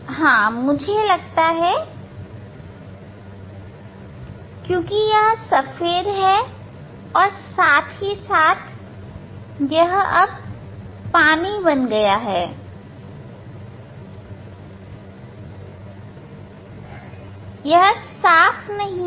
हां मुझे लगता है कि मैं क्योंकि यह सफेद है और साथ ही यह अब पानी बन गया है यह साफ नहीं है